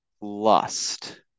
lust